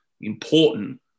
important